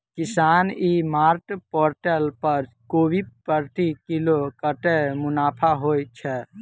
किसान e mart portal पर कोबी प्रति किलो कतै मुनाफा होइ छै?